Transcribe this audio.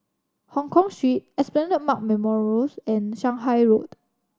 Hongkong Esplanade Park Memorials and Shanghai Road